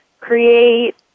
create